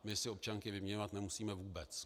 My si občanky vyměňovat nemusíme vůbec.